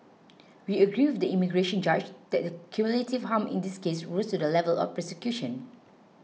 we agree with the immigration judge that the cumulative harm in this case rose to the level of persecution